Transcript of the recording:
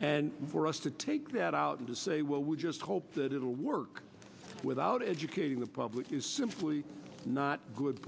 and for us to take that out and to say well we just hope that it'll work without educating the public is simply not good